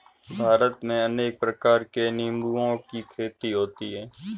भारत में अनेक प्रकार के निंबुओं की खेती होती है